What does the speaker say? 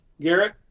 Garrett